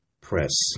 press